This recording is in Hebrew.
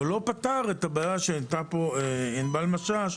אבל הוא לא פתר את הבעיה שהעלתה פה ענבל משש,